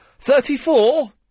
Thirty-four